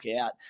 out